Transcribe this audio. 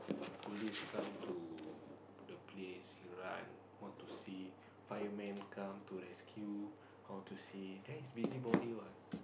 police come to the place run what to see fireman come to rescue how to see that's busybody what